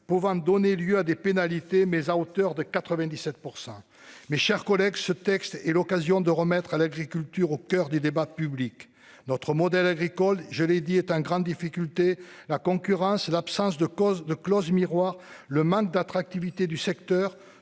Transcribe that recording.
pouvant donner lieu à des pénalités, mais à hauteur de 97 %. Mes chers collègues, la discussion de ce texte est l'occasion de remettre l'agriculture au coeur du débat public. Notre modèle agricole est en grande difficulté. La concurrence, l'absence de clauses miroirs, le manque d'attractivité du secteur